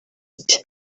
ati